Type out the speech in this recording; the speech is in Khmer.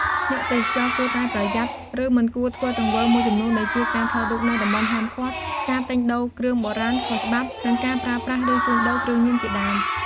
អ្នកទេសចរគួរតែប្រយ័ត្ន ឬមិនគួរធ្វើទង្វើមួយចំនួនដូជា ការថតរូបនៅតំបន់ហាមឃាត់ ការទិញដូរគ្រឿងបុរាណខុសច្បាប់ និងការប្រើប្រាស់ ឬជួញដូរគ្រឿងញៀនជាដើម។